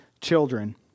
children